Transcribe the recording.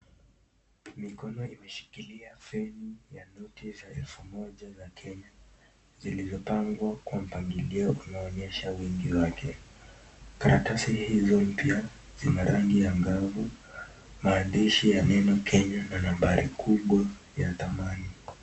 Mikono imeshikilia feni ya noti ya taifa moja la Kenya liliyopangwa kwa mpangilio kunaoonyesha wingi wake karatasi hizo mpya zina rangi ya angavu, maandishi ya neno Kenya na nambari kubwa ya dhamani.